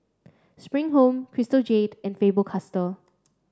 Spring Home Crystal Jade and Faber Castell